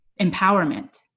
empowerment